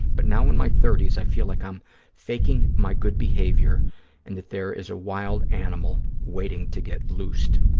but now in my thirty s i feel like i'm faking my good behavior and that there is a wild animal waiting to get loosed.